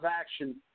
action